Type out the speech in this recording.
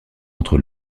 entre